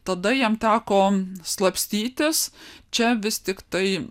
tada jam teko slapstytis čia vis tiktai